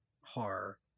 horror